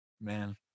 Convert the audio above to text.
man